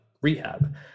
rehab